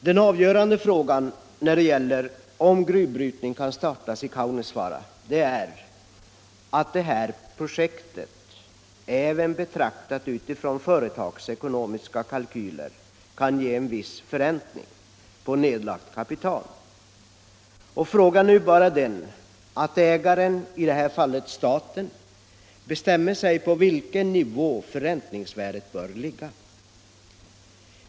Den avgörande frågan när det gäller om gruvbrytning kan startas i Kaunisvaara är att projektet även med utgångspunkt i företagsekonomiska kalkyler kan ge en viss förräntning på nedlagt kapital. Nu återstår bara att ägaren, i det här fallet staten, bestämmer sig för på vilken nivå förräntningsvärdet bör ligga.